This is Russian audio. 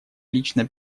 лично